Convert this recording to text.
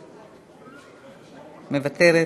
מוותרת,